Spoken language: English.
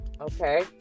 okay